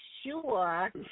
sure